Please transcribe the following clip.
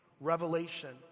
revelation